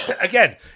Again